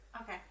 Okay